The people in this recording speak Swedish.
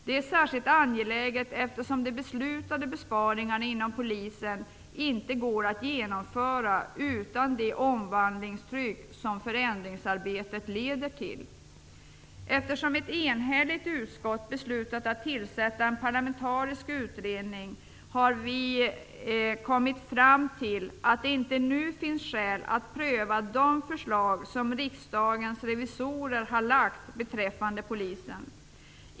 Det är särskilt angeläget eftersom de beslutade besparingarna inom polisen inte går att genomföra utan det omvandlingstryck som förändringsarbetet leder till. Eftersom ett enhälligt utskott beslutat att förorda en parlamentarisk utredning har vi kommit fram till att det inte nu finns skäl att pröva de förslag som riksdagens revisorer har lagt fram beträffande polisen.